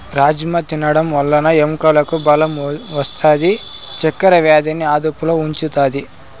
రాజ్మ తినడం వల్ల ఎముకలకు బలం వస్తాది, చక్కర వ్యాధిని అదుపులో ఉంచుతాది